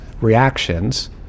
reactions